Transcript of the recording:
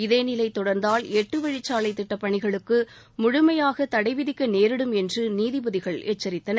இதேநிலை தொடர்ந்தால் எட்டுவழிச் சாலைத் திட்டப் பணிகளுக்கு முழுமையாக தடை விதிக்க நேரிடும் என்று நீதிபதிகள் எச்சரித்தனர்